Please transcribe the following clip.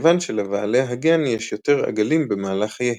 מכיוון שלבעלי הגן יש יותר עגלים במהלך חייהם.